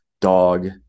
dog